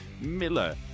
Miller